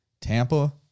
Tampa